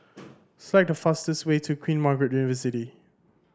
select the fastest way to Queen Margaret University